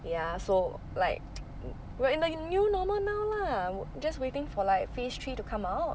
ya so like we are in the new normal now lah just waiting for like phase three to come out